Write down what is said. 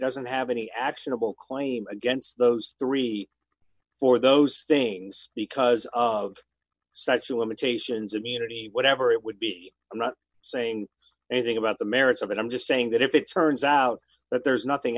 doesn't have any actionable claim against those three or those things because of such a limitations of unity whatever it would be i'm not saying anything about the merits of it i'm just saying that if it turns out that there's nothing